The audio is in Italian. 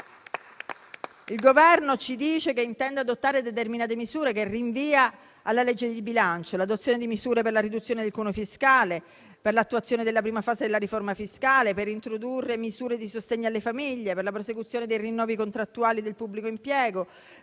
Il Governo ci dice che intende adottare determinate misure che rinvia alla legge di bilancio, l'adozione di misure per la riduzione del cuneo fiscale, per l'attuazione della prima fase della riforma fiscale, per introdurre misure di sostegno alle famiglie, per la prosecuzione dei rinnovi contrattuali del pubblico impiego,